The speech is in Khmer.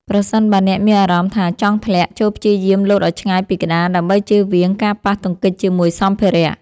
ប្រសិនបើអ្នកមានអារម្មណ៍ថាចង់ធ្លាក់ ចូរព្យាយាមលោតឱ្យឆ្ងាយពីក្តារ ដើម្បីជៀសវាងការប៉ះទង្គិចជាមួយសម្ភារៈ។